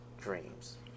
dreams